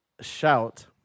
shout